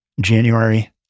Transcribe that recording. January